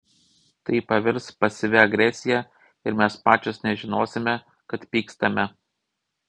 tai pavirs pasyvia agresija ir mes pačios nežinosime kad pykstame